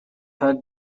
her